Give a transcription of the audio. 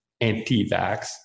anti-vax